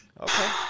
Okay